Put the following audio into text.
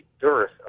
dearth